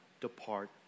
depart